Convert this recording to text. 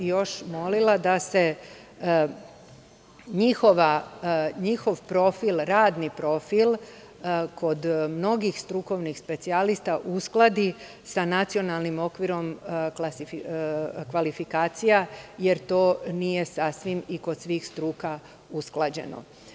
Molila bih da se njihov profil, radni profil kod strukovnih specijalista uskladi sa nacionalnim okvirom kvalifikacija, jer to nije sasvim i kod svih struka usklađeno.